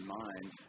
mind